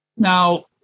Now